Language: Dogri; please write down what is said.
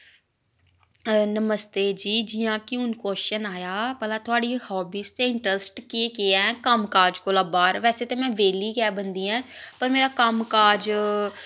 नमस्ते जी जि'यां कि हुन क्वेश्चन आया भला तोआड़ी हाबीज ते इंटरेस्ट केह् केह् ऐ कम्म काज कोला बाह्र बैसे ते मैं बेल्ली गै बंदी ऐं पर मेरा कम्म काज